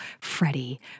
Freddie